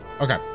Okay